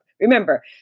Remember